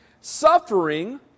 suffering